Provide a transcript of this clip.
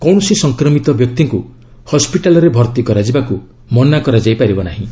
କୌଣସି ସଂକ୍ରମିତ ବ୍ୟକ୍ତିଙ୍କୁ ହସ୍କିଟାଲ୍ରେ ଭର୍ତ୍ତି କରାଯିବାକୁ ମନା କରାଯାଇ ପାରିବ ନାହିଁ